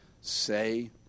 say